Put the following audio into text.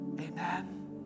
Amen